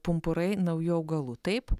pumpurai naujų augalų taip